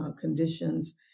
conditions